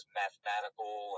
mathematical